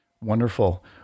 Wonderful